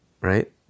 right